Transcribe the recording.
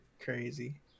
Crazy